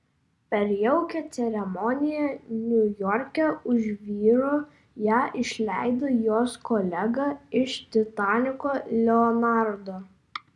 per jaukią ceremoniją niujorke už vyro ją išleido jos kolega iš titaniko leonardo